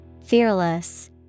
Fearless